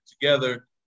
together